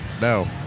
No